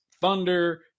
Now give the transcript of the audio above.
Thunder